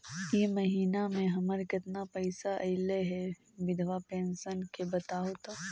इ महिना मे हमर केतना पैसा ऐले हे बिधबा पेंसन के बताहु तो?